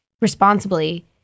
responsibly